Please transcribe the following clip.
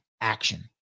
action